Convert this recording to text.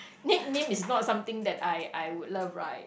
nickname is not something that I I would love right